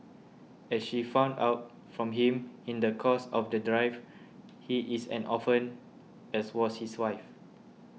as she found out from him in the course of the drive he is an orphan as was his wife